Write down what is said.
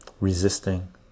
Resisting